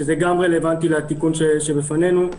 שזה גם רלוונטי לתיקון שבפנינו,